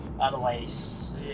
otherwise